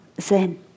Zen